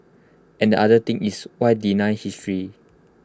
and the other thing is why deny history